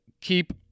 keep